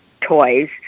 toys